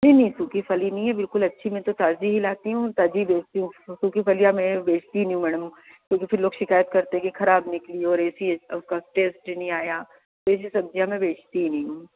नहीं नहीं सूखी फली नहीं है बिल्कुल अच्छी में तो ताज़ी ही लाती हूँ और ताज़ी ही बेचती हूँ उसको क्योंकि फलिया मैं बेचती नहीं हूँ मैडम क्योंकि फिर लोग शिकायत करते हैं कि खराब निकली और ए सी है उसका टेस्ट नहीं आया तो ऐसी सब्जियाँ मैं बेचती ही नहीं हूँ